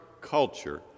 culture